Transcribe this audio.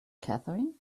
catherine